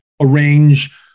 arrange